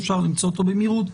אפשר למצוא אותו במהירות,